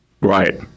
Right